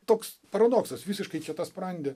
toks paradoksas visiškai kietasprandė